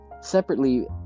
Separately